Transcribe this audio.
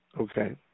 Okay